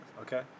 Okay